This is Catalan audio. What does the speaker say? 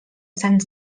sant